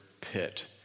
pit